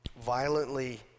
violently